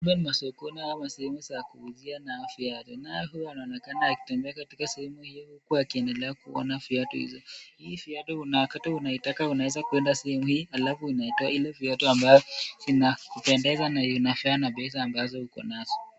Hapa ni sokoni ama ni sehemu za kuuzia nao viatu . Naye huyu anaonekana akitembea katika sehemu hiyo huku akiendelea kuona viatu hizo. Hii viatu kuna wakati ukiitaka unaweza kuenda katika sehemu hii, alafu unaitwa ile viatu ambayo zinakupendeza na inatoshana na pesa ambazo ukonazo.